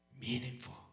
meaningful